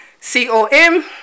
C-O-M